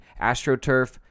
AstroTurf